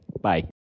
bye